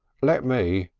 let me,